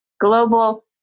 global